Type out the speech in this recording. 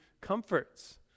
comforts